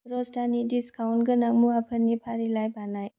र'स्तानि discount गोनां मुवाफोरनि फारिलाइ बानाय